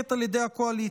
המוחזקת על ידי הקואליציה,